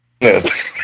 yes